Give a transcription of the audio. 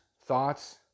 thoughts